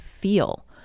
feel